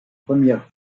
première